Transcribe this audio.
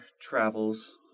travels